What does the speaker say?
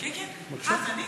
כן, כן, זה אני?